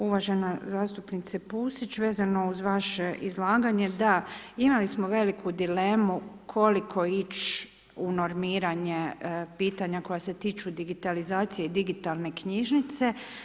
Uvažena zastupnice Pusić, vezano uz vaše izlaganje, da, imali smo veliku dilemu koliko ići u normiranje pitanja koja se tiču digitalizacije i digitalne knjižnice.